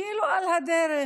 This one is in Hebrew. כאילו על הדרך,